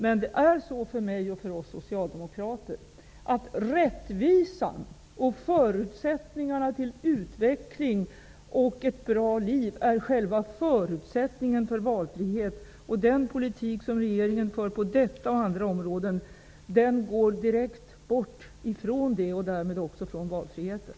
Men för mig och för oss socialdemokrater är rättvisan och förutsättningarna till utveckling och ett bra liv själva förutsättningen för valfrihet. Den politik som regeringen för på detta och andra områden går rakt bort från det och därmed också från valfriheten.